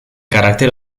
carácter